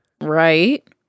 Right